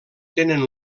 tenen